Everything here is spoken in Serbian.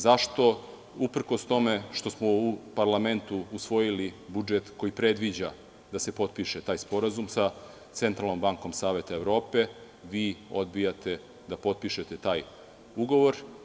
Zašto, uprkos tome što smo u parlamentu usvojili budžet koji predviđa da se potpiše taj sporazum sa Centralnom bankom Saveta Evrope, vi odbijate da potpišete taj ugovor?